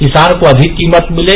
किसान को अधिक कीमत मिले